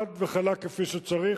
חד וחלק, כפי שצריך.